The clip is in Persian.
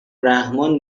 رحمان